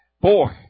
Boy